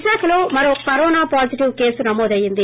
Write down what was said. విశాఖలో మరో corona positive case నమోదు అయ్యింది